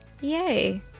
Yay